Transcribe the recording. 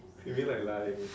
you mean like lying